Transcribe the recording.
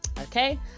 okay